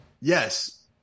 Yes